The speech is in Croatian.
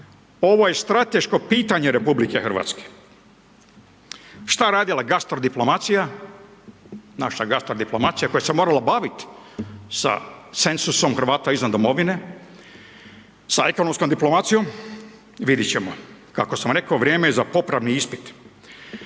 Ovo je strateško pitanje RH. Šta je radila gastro diplomacija, naša gastro diplomacija koja se morala bavit sa cenzusom Hrvata izvan domovine, sa ekonomskom diplomacijom, vidit ćemo. Kako sam rekao, vrijeme je za popravni ispit.